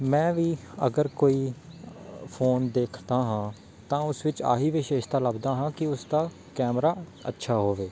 ਮੈਂ ਵੀ ਅਗਰ ਕੋਈ ਫੋਨ ਦੇਖਦਾ ਹਾਂ ਤਾਂ ਉਸ ਵਿੱਚ ਆਹੀ ਵਿਸ਼ੇਸ਼ਤਾ ਲੱਭਦਾ ਹਾਂ ਕਿ ਉਸਦਾ ਕੈਮਰਾ ਅੱਛਾ ਹੋਵੇ